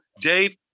Dave